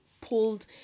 pulled